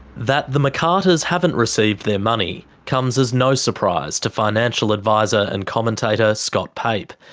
that the mccarters haven't received their money comes as no surprise to financial advisor and commentator scott pape,